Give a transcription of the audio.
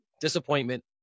disappointment